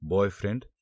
Boyfriend